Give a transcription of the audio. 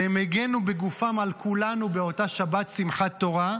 שהגנו בגופם על כולנו באותה שבת שמחת תורה,